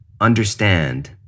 understand